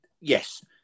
yes